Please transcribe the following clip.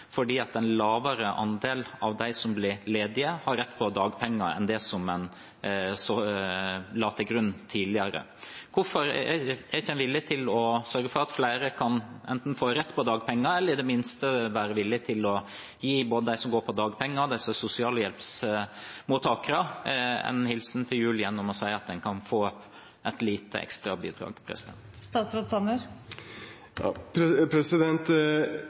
en lavere andel av dem som blir ledige, har rett på dagpenger enn det en la til grunn tidligere. Hvorfor er en ikke villig til enten å sørge for at flere kan få rett på dagpenger, eller i det minste være villige til å gi både dem som går på dagpenger, og dem som er på sosialhjelpsmottakere, en hilsen til jul gjennom å si at en kan få et lite